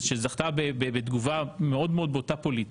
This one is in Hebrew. שזכתה בתגובה מאוד מאוד בוטה פוליטית,